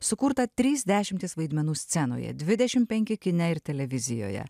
sukurta trys dešimtys vaidmenų scenoje dvidešim penki kine ir televizijoje